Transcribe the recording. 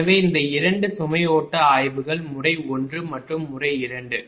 எனவே இந்த இரண்டு சுமை ஓட்ட ஆய்வுகள் முறை 1 மற்றும் முறை 2